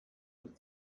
dem